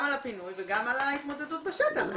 גם על הפינוי וגם על ההתמודדות בשטח.